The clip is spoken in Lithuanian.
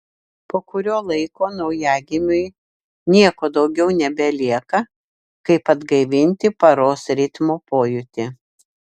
po kurio laiko naujagimiui nieko daugiau nebelieka kaip atgaivinti paros ritmo pojūtį